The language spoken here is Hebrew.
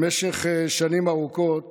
במשך שנים ארוכות